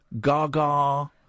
Gaga